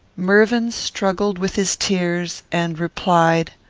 mervyn struggled with his tears, and replied,